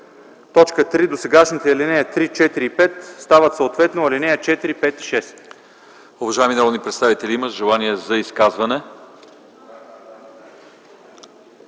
5”. 3. Досегашните алинеи 3, 4 и 5 стават съответно алинеи 4, 5 и 6”.